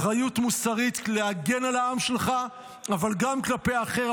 אחריות מוסרית להגן על העם שלך אבל גם כלפי אחר,